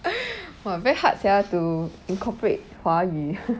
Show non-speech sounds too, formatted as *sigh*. *breath* !wah! very hard sia to incorporate 华语